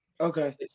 Okay